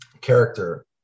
character